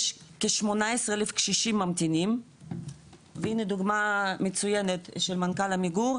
יש כ-18 אלף קשישים ממתינים והנה דוגמא מצוינת של מנכ"ל עמיגור,